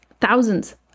thousands